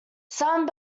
some